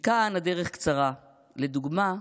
מכאן הדרך קצרה, לדוגמה: